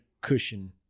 cushion